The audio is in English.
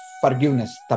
forgiveness